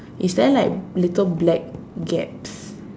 is there like little black gaps